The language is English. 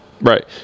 Right